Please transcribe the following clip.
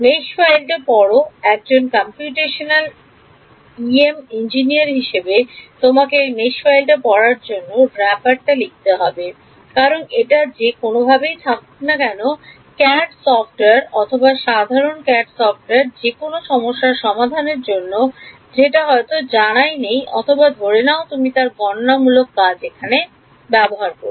জাল ফাইল টা পড়ো একজন কম্পিউটেশনাল ইএম ইঞ্জিনিয়ার হিসেবে তোমাকে এই জাল ফাইল টা পড়ার জন্য মোড়ক টা লিখতে হবে কারণ এটা যে কোন ভাবেই থাকুক না কেন সিএডি সফটওয়্যার অথবা সাধারণ সিএডি সফটওয়্যার যেকোনো সমস্যা সমাধানের জন্য যেটা হয়তো জানাই নেই অথবা ধরে নাও তুমি তার গণনামূলক এখানে ব্যবহার করছ